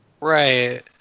Right